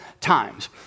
Times